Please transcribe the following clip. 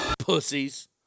pussies